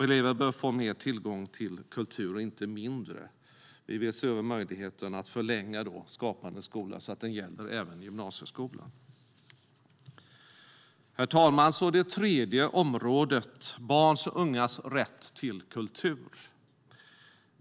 Elever bör få mer tillgång till kultur, inte mindre. Vi vill se över möjligheten att förlänga Skapande skola så att den även gäller gymnasieskolan. Herr talman! Det tredje området är barns och ungas rätt till kultur.